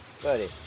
Buddy